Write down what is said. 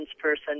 person